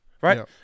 right